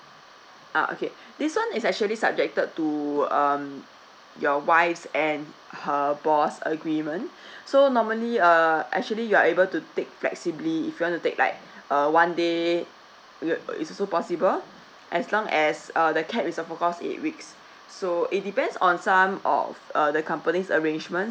ah okay this one is actually subjected to um your wife and her boss agreement so normally uh actually you are able to take flexibly if you want to take like uh one day you is also possible as long as err the cap is of course eight weeks so it depends on some of uh the company's arrangement